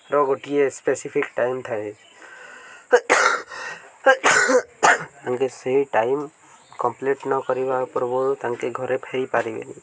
ର ଗୋଟିଏ specific time ଥାଏ ତାଙ୍କେ ସେହି ଟାଇମ୍ କମ୍ପ୍ଲିଟ୍ ନ କରିବାର ପର୍ବରୁ ତାଙ୍କେ ଘରେ ଫେରିପାରିବେନି